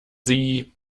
sie